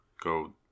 Go